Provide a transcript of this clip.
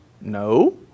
No